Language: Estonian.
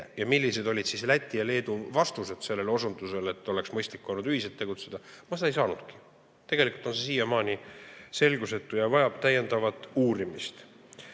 millised olid Läti ja Leedu vastused sellele osundusele, et oleks mõistlik olnud ühiselt tegutseda, ei saanud. See on siiamaani selgusetu ja vajab täiendavat uurimist.